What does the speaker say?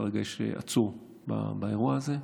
כרגע יש עצור באירוע הזה.